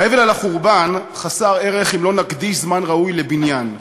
האבל על החורבן חסר ערך אם לא נקדיש זמן ראוי לבניין.